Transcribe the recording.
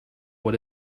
what